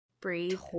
breathe